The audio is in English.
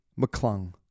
McClung